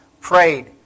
prayed